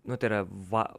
nu tai yra va